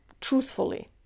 Truthfully